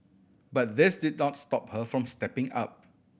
but this did not stop her from stepping up